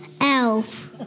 Elf